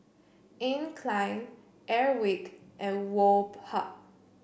Anne Klein Airwick and Woh Hup